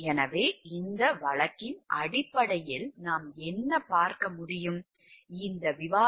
எனவே இந்த வழக்கின் அடிப்படையில் நாம் என்ன பார்க்க முடியும் இந்த விவாதத்தில் பல்வேறு அடுக்குகள் உள்ளன